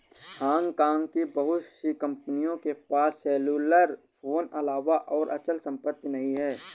Hong Kong की बहुत सी कंपनियों के पास सेल्युलर फोन अलावा कोई अचल संपत्ति नहीं है